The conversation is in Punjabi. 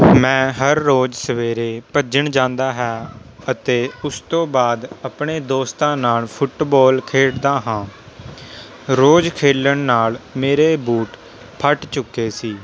ਮੈਂ ਹਰ ਰੋਜ਼ ਸਵੇਰੇ ਭੱਜਣ ਜਾਂਦਾ ਹਾਂ ਅਤੇ ਉਸ ਤੋਂ ਬਾਅਦ ਆਪਣੇ ਦੋਸਤਾਂ ਨਾਲ ਫੁੱਟਬੋਲ ਖੇਡਦਾ ਹਾਂ ਰੋਜ਼ ਖੇਲਣ ਨਾਲ ਮੇਰੇ ਬੂਟ ਫਟ ਚੁੱਕੇ ਸੀ